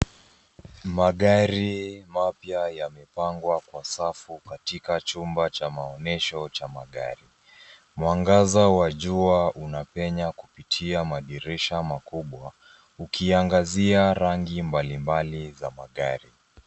Magari mapya yamepangwa kwa safu katika chumba cha maonyesho cha magari. Mwangaza wa jua unapenya kupitia madirisha makubwa ukiangazia rangi mbalimbali za magari.